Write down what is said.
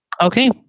Okay